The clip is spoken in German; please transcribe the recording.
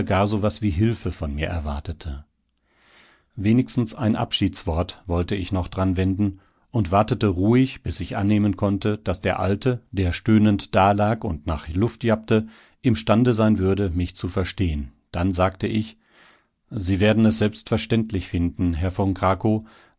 so was wie hilfe von mir erwartete wenigstens ein abschiedswort wollte ich noch dran wenden und wartete ruhig bis ich annehmen konnte daß der alte der stöhnend dalag und nach luft jappte imstande sein würde mich zu verstehen dann sagte ich sie werden es selbstverständlich finden herr von